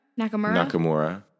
Nakamura